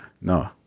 No